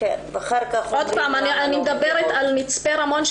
אני מדברת על מצפה רמון,